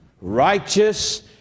righteous